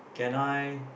can I